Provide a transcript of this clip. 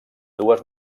dues